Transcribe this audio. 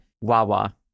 Wawa